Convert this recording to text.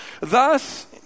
Thus